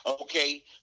Okay